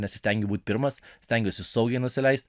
nesistengiu būt pirmas stengiuosi saugiai nusileist